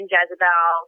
Jezebel